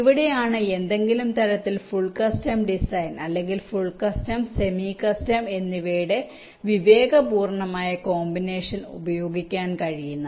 ഇവിടെയാണ് ഏതെങ്കിലും തരത്തിലുള്ള ഫുൾ കസ്റ്റം ഡിസൈൻ അല്ലെങ്കിൽ ഫുൾ കസ്റ്റം സെമി കസ്റ്റം എന്നിവയുടെ വിവേകപൂർണ്ണമായ കോമ്പിനേഷൻ ഉപയോഗിക്കാൻ കഴിയുന്നത്